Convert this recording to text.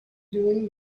doing